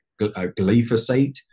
Glyphosate